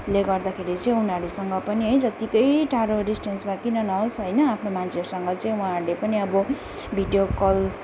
ले गर्दाखेरि चाहिँ उनीहरूसँग पनि है जतिकै टाढो डिस्ट्यान्समा किन नहोस् होइन आफ्नो मान्छेहरूसँग चाहिँ उहाँहरूले पनि अब भिडियो कल